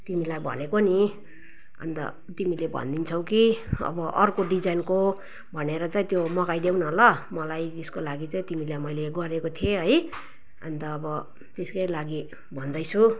तिमीलाई भनेको नि अन्त तिमीले भनिदिन्छौ कि अब अर्को डिजाइनको भनेर चाहिँ त्यो मगाई देऊ न ल मलाई जसको लागि चाहिँ तिमीलाई मैले गरेको थिएँ है अन्त अब त्यसकै लागि भन्दैछु